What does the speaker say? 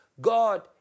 God